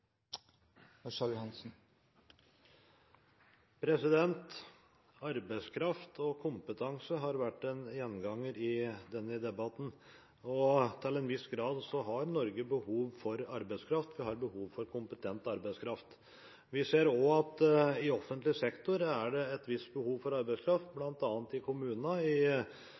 for replikkordskifte. Arbeidskraft og kompetanse har vært en gjenganger i denne debatten. Til en viss grad har Norge behov for arbeidskraft, vi har behov for kompetent arbeidskraft. Vi ser også at det i offentlig sektor er et visst behov for arbeidskraft, bl.a. i kommunene og i